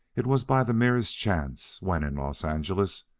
it was by the merest chance, when in los angeles,